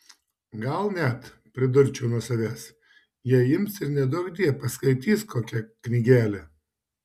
gal net pridurčiau nuo savęs jie ims ir neduokdie paskaitys kokią knygelę